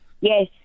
Yes